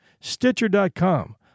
Stitcher.com